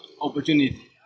opportunity